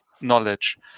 knowledge